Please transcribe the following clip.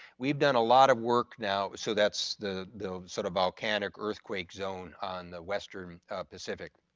we've done a lot of work now so that's the the sort of volcanic earthquake zone on the western of pacific,